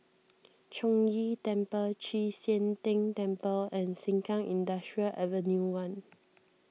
Chong Ghee Temple Chek Sian Tng Temple and Sengkang Industrial Avenue one